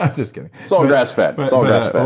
ah just kidding. it's all grass-fed. it's all grass-fed.